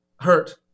hurt